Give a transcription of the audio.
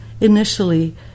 initially